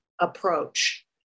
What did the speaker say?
approach